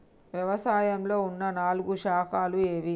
వ్యవసాయంలో ఉన్న నాలుగు శాఖలు ఏవి?